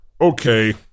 Okay